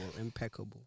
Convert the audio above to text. Impeccable